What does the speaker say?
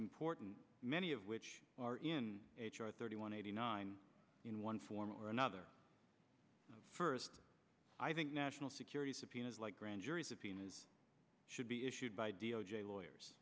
important many of which are in h r thirty one eighty nine in one form or another first i think national security subpoenas like grand jury subpoenas should be issued by d o j lawyers